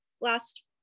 last